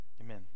Amen